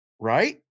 right